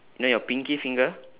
know your pinky finger